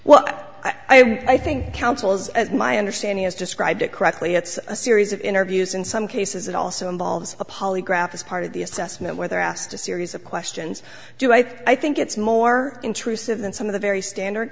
well i think councils at my understanding has described it correctly it's a series of interviews in some cases it also involves a polygraph as part of the assessment where they're asked a series of questions do i think it's more intrusive than some of the very standard